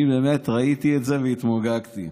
אני באמת ראיתי את זה והתמוגגתי.